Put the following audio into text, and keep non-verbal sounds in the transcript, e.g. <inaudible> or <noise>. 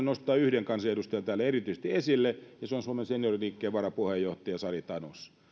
<unintelligible> nostaa yhden kansanedustajan täällä erityisesti esille ja hän on suomen senioriliikkeen varapuheenjohtaja sari tanus